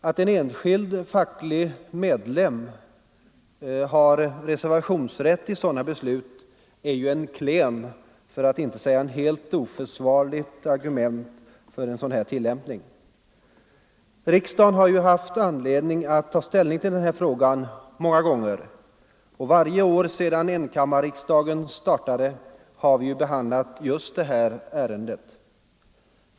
Att en enskild facklig medlem har reservationsrätt i fråga om beslut av detta slag är ett klent, för att inte säga helt oförsvarligt argument för tillämpningen av en sådan princip. Riksdagen har ju haft anledning att ta ställning till den här frågan många gånger. Varje år sedan enkammarriksdagen startade har vi behandlat just det här ärendet.